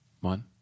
One